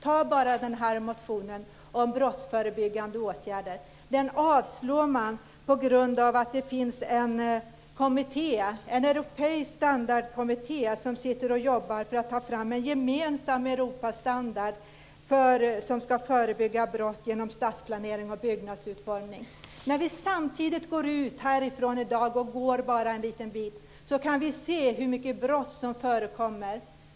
Se bara på motionen om brottsförebyggande åtgärder. Den avslås på grund av det finns en europeisk standardiseringskommitté som arbetar med att ta fram en gemensam Europastandard för att förebygga brott med hjälp av stadsplanering och byggnadsutformning. Samtidigt kan vi se bara en bit från var vi befinner oss nu hur många brott som förekommer.